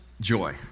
joy